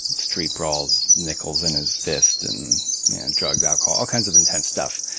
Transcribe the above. street brawls, nickels in his fist, and drugs, alcohol, all kinds of intense stuff.